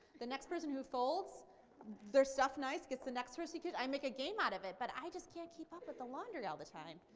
the next person who folds their stuff nice gets the next hershey kiss. i make a game out of it. but i just can't keep up with the laundry all the time.